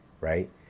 right